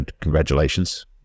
congratulations